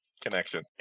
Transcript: connection